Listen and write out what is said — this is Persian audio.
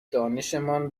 دانشمان